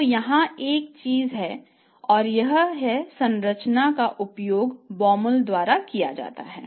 तोयहाँ एक ही चीज़ और एक ही संरचना का उपयोग Baumol द्वारा किया जाता है